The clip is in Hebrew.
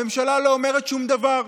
הממשלה לא אומרת שום דבר.